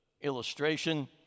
illustration